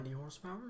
horsepower